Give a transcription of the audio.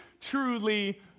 truly